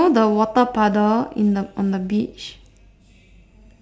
you know the water puddle in the on the beach